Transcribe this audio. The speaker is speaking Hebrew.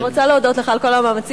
ואני רוצה להודות לך על כל המאמצים.